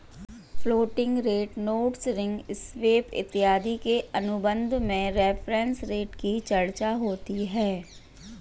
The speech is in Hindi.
floating rate notes ring swap इत्यादि के अनुबंध में रेफरेंस रेट की चर्चा होती है